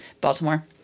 Baltimore